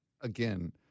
again